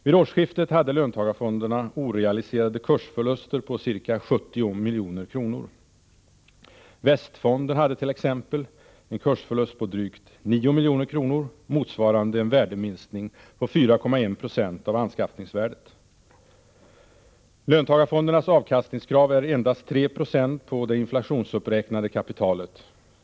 Vid årsskiftet hade löntagarfonderna orealiserade kursförluster på ca 70 milj.kr. Västfonden hade t.ex. en kursförlust på drygt 9 milj.kr., motsvarande en värdeminskning på 4,1 90 av anskaffningsvärdet. Löntagarfondernas avkastningskrav är endast 3 26 på det inflationsuppräknade kapitalet.